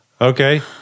Okay